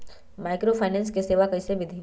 Microfinance के सेवा कइसे विधि?